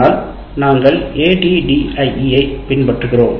ஆனால் நாங்கள் ADDIE ஐப் பின்பற்றுகிறோம்